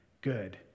good